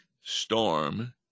storm